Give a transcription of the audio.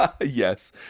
Yes